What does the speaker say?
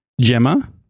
Gemma